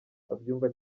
abyumva